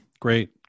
Great